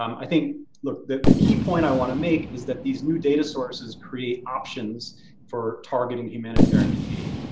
i think the, the the key point i wanna make is that these new data sources create options for targeting humanitarian aid.